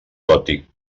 gòtic